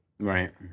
Right